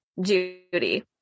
Judy